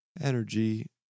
energy